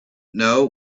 know